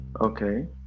okay